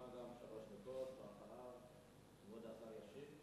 מאה אחוז.